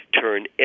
turn